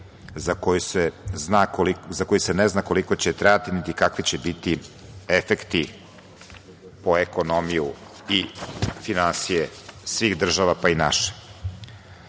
za koji se ne zna koliko će trajati, niti kakvi će biti efekti po ekonomiju i finansije svih država, pa i naše. Usled